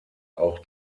auch